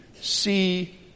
see